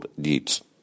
deeds